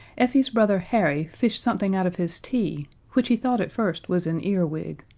effie's brother harry fished something out of his tea, which he thought at first was an earwig.